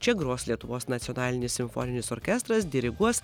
čia gros lietuvos nacionalinis simfoninis orkestras diriguos